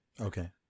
Okay